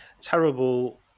terrible